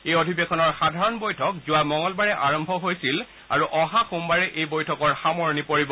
এই অধিৱেশনৰ সাধাৰণ বৈঠক যোৱা মঙলবাৰে আৰম্ভ হৈছিল আৰু অহা সোমবাৰে এই বৈঠকৰ সামৰণি পৰিব